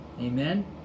Amen